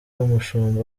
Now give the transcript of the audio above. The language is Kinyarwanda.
umushumba